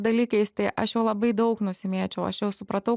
dalykais tai aš jau labai daug nusimėčiau aš jau supratau